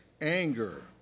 anger